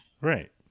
Right